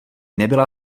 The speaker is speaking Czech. nebyla